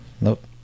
Nope